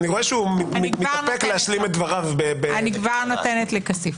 האמת שאיני חברה בוועדה וסומכת על מי שמגיע לכאן.